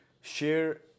share